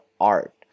art